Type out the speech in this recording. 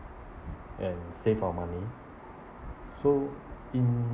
and save our money so in